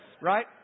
right